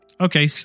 Okay